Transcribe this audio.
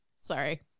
Sorry